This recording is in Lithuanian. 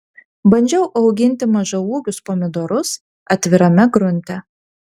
bandžiau auginti mažaūgius pomidorus atvirame grunte